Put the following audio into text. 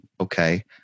Okay